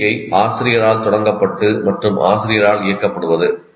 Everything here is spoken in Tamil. ஒத்திகை ஆசிரியரால் தொடங்கப்பட்டு மற்றும் ஆசிரியரால் இயக்கப்படுவது